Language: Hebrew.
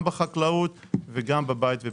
גם בחקלאות וגם בבית ובתעשייה.